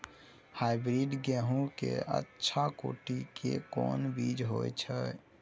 Hybrid गेहूं के अच्छा कोटि के कोन बीज होय छै?